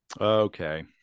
Okay